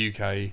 UK